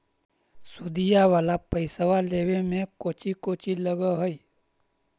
सुदिया वाला पैसबा लेबे में कोची कोची लगहय?